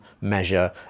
measure